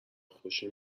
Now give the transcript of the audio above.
خوشی